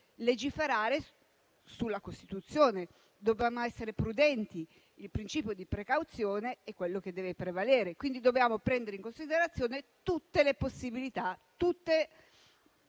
legiferare sulla Costituzione, quindi dobbiamo essere prudenti; il principio di precauzione è quello che deve prevalere, quindi dobbiamo prendere in considerazione tutte le possibilità, tutto